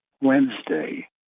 Wednesday